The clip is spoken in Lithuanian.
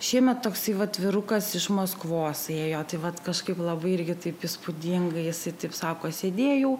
šiemet toksai vat vyrukas iš maskvos ėjo tai vat kažkaip labai irgi taip įspūdingai jis taip sako sėdėjau